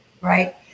right